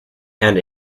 and